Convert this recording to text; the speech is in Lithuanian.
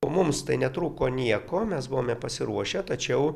o mums tai netrūko nieko mes buvome pasiruošę tačiau